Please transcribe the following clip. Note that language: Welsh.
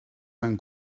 mewn